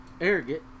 arrogant